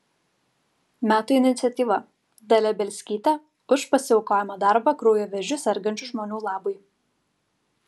metų iniciatyva dalia bielskytė už pasiaukojamą darbą kraujo vėžiu sergančių žmonių labui